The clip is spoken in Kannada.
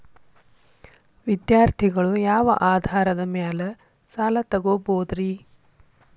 ವಿದ್ಯಾರ್ಥಿಗಳು ಯಾವ ಆಧಾರದ ಮ್ಯಾಲ ಸಾಲ ತಗೋಬೋದ್ರಿ?